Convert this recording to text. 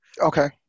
okay